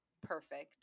perfect